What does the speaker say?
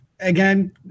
Again